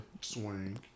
swing